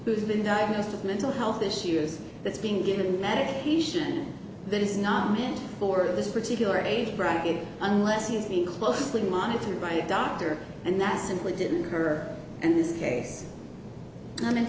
who's been diagnosed with mental health issues that's being given medication that is not meant for this particular age bracket unless he's being closely monitored by a doctor and that simply didn't occur and this case and